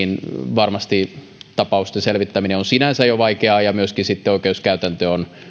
varmasti tapausten selvittäminen on sinänsä jo vaikeaa ja myöskin sitten oikeuskäytäntö on